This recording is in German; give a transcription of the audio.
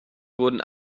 wurden